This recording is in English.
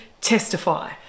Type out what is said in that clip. testify